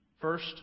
First